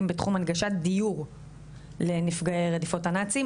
בתחום הנגשת דיור לנפגעי רדיפות הנאצים.